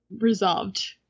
resolved